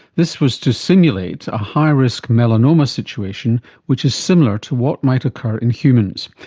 this was to simulate a high-risk melanoma situation which is similar to what might occur in humans.